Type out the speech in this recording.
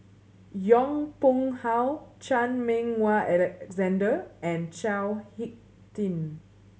Yong Pung How Chan Meng Wah Alexander and Chao Hick Tin